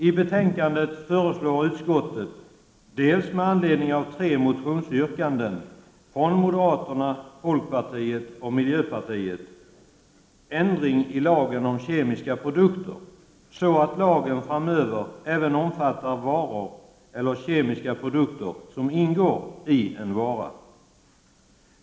I betänkandet föreslår utskottet med anledning av tre motionsyrkanden från moderata samlingspartiet, folkpartiet och miljöpartiet ändring i lagen om kemiska produkter så att lagen framöver även omfattar varor eller kemiska produkter som ingår i en vara.